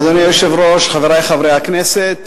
אדוני היושב-ראש, חברי חברי הכנסת,